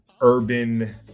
urban